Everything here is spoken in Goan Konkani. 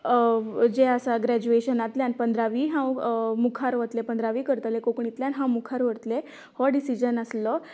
जे आसा ग्रेज्युएशनांतल्यान पंदरावी हांव मुखार वतलें पंदरावी करतले कोंकणीतल्या हांव मुखार वयतले हो डिसिजन आसलो